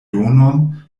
donon